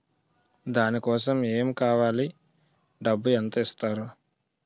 దాని కోసం ఎమ్ కావాలి డబ్బు ఎంత ఇస్తారు?